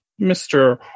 Mr